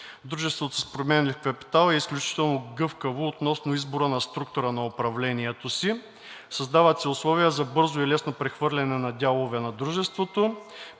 Дружеството с променлив капитал е изключително гъвкаво относно избора на структура на управлението си. Създават се условия за бързо и лесно прехвърляне на дялове на дружеството.